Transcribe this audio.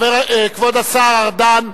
כבוד השר ארדן,